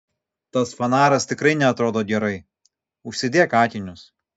tas fanaras tikrai neatrodo gerai užsidėk akinius